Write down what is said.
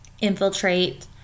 infiltrate